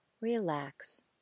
relax